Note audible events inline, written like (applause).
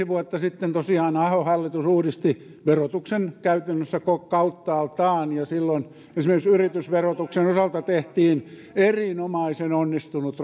(unintelligible) vuotta sitten tosiaan ahon hallitus uudisti verotuksen käytännössä kauttaaltaan ja silloin esimerkiksi yritysverotuksen osalta tehtiin erinomaisen onnistunut (unintelligible)